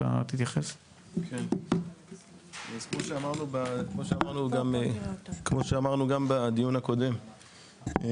אז כמו שאמרנו גם בדיון הקודם,